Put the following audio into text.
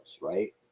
right